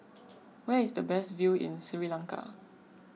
where is the best view in Sri Lanka